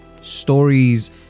Stories